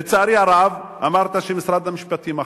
לצערי הרב, אמרת שמשרד המשפטים אחראי.